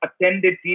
attended